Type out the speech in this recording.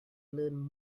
learn